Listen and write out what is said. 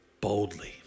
boldly